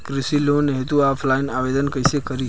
कृषि लोन हेतू ऑफलाइन आवेदन कइसे करि?